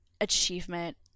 achievement